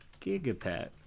Gigapet